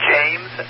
James